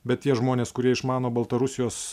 bet tie žmonės kurie išmano baltarusijos